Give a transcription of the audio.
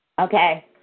Okay